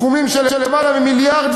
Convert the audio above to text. המשרד משקיע בסכומים של יותר מ-1.5 מיליארד